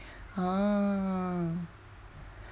!huh!